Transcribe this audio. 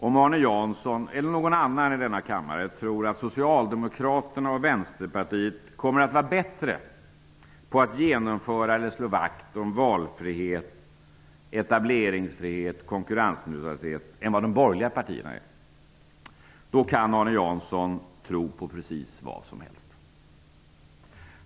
Om Arne Jansson eller någon annan i denna kammare tror att Socialdemokraterna och Vänsterpartiet kommer att vara bättre på att genomföra eller slå vakt om valfrihet, etableringsfrihet och konkurrensneutralitet än vad de borgerliga partierna är kan Arne Jansson tro på precis vad som helst.